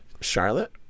Charlotte